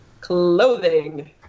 clothing